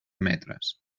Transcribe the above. metres